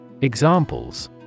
Examples